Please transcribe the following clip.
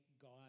God